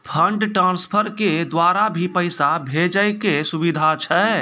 Fund transfer के द्वारा भी पैसा भेजै के सुविधा छै?